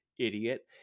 idiot